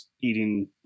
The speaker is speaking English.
eating